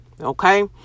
Okay